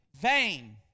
vain